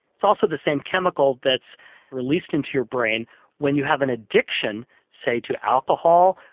it's also the same chemical that's released into your brain when you have an addiction say to alcohol,